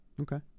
Okay